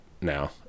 now